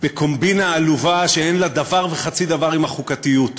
בקומבינה עלובה שאין לה דבר וחצי דבר עם החוקתיות,